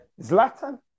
Zlatan